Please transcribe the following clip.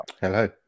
Hello